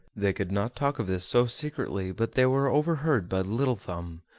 they could not talk of this so secretly but they were overheard by little thumb,